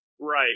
Right